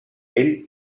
ell